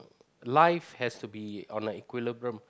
life has to be on a equilibrium